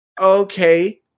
okay